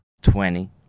Twenty